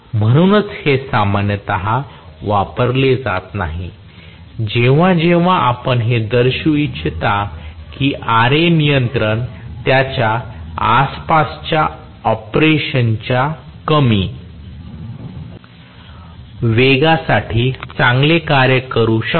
म्हणूनच हे सामान्यतः वापरले जात नाही जेव्हा जेव्हा आपण हे दर्शवू इच्छिता की Ra नियंत्रण त्याच्या आसपासच्या ऑपरेशनच्या कमी वेगासाठी चांगले कार्य करू शकते